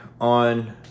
on